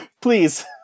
please